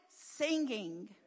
singing